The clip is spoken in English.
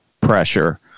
pressure